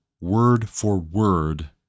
word-for-word